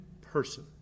person